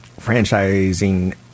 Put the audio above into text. franchising